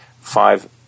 five